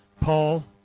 Paul